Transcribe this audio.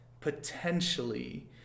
potentially